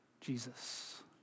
Jesus